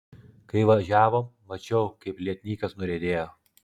kai važiavom mačiau kaip lietnykas nuriedėjo